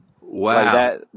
Wow